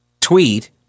tweet